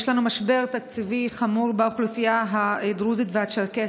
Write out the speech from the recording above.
יש לנו משבר תקציבי חמור באוכלוסייה הדרוזית והצ'רקסית.